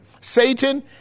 Satan